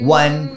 one